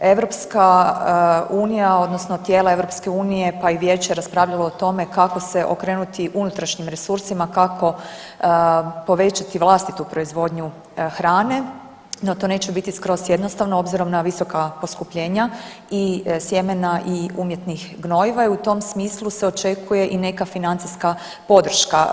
EU odnosno tijela EU pa i Vijeće je raspravljalo o tome kako se okrenuti unutrašnjim resursima kako povećati vlastitu proizvodnju hrane, no to neće biti skroz jednostavno obzirom na visoka poskupljenja i sjemena i umjetnih gnojiva i u tom smislu se očekuje i neka financijska podrška.